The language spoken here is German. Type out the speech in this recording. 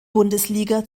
bundesliga